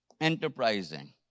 Enterprising